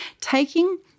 taking